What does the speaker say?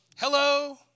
Hello